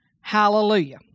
Hallelujah